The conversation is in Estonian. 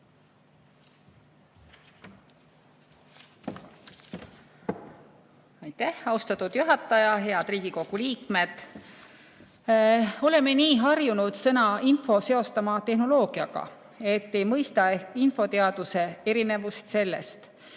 Aitäh, austatud juhataja! Head Riigikogu liikmed! Oleme nii harjunud sõna "info" seostama tehnoloogiaga, et ei mõista ehk infoteaduse erinevust sellest.